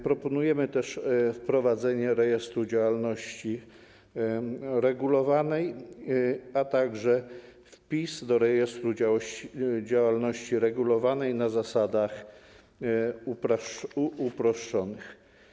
Proponujemy też wprowadzenie rejestru działalności regulowanej, a także wpis do rejestru działalności regulowanej na zasadach uproszczonych.